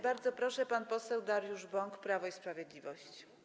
Bardzo proszę, pan poseł Dariusz Bąk, Prawo i Sprawiedliwość.